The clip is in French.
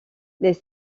les